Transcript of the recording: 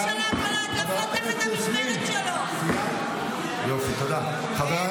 את מי אתה מאשים?